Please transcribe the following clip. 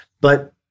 but-